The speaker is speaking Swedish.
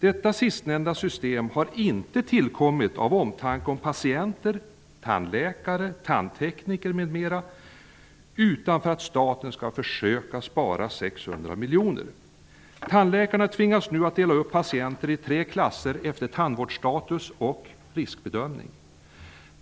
Detta sistnämnda system har inte tillkommit av omtanke om patienter, tandläkare, tandtekniker m.m., utan för att staten skall försöka spara 600 miljoner. Tandläkarna tvingas nu att dela upp patienterna i tre klasser efter tandvårdsstatus och riskbedömning.